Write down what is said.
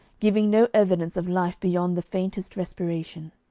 giving no evidence of life beyond the faintest respiration.